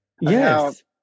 Yes